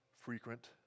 frequent